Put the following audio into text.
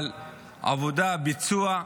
אבל עבודה, ביצוע,